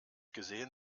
gesehen